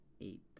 eight